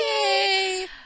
Yay